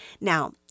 Now